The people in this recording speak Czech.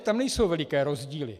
Tam nejsou veliké rozdíly.